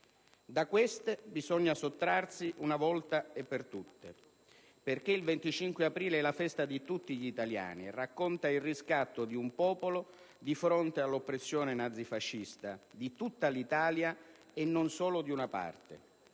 Da queste bisogna sottrarsi una volta per tutte, perché il 25 aprile è la festa di tutti gli italiani e racconta il riscatto di un popolo di fronte all'oppressione nazifascista, di tutta l'Italia e non solo di una parte.